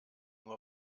nur